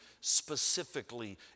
specifically